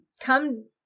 come